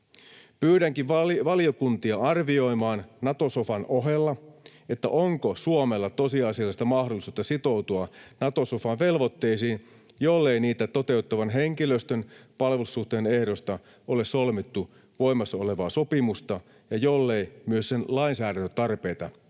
Pyydänkin valiokuntia arvioimaan Nato-sofan ohella, onko Suomella tosiasiallista mahdollisuutta sitoutua Nato-sofan velvoitteisiin, jollei niitä toteuttavan henkilöstön palvelussuhteen ehdoista ole solmittu voimassa olevaa sopimusta ja jollei myös sen lainsäädäntötarpeita ole